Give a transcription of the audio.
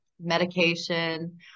medication